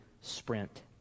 sprint